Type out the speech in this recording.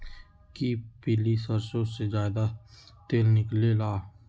कि पीली सरसों से ज्यादा तेल निकले ला?